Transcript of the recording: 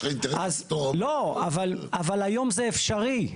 יש לך אינטרס לפטור --- לא, אבל היום זה אפשרי.